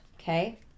okay